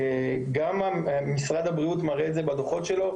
כמו שגם משרד הבריאות מראה בדוחות שלו,